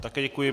Také děkuji.